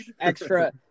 extra